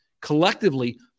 collectively